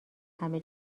همه